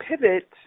pivot